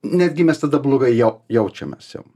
netgi mes tada blogai jau jaučiamės jau